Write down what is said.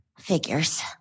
Figures